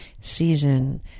season